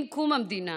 עם קום המדינה